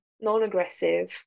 non-aggressive